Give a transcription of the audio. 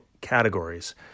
categories